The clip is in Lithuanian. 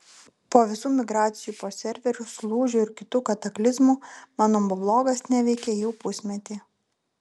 po visų migracijų po serverius lūžių ir kitų kataklizmų mano moblogas neveikė jau pusmetį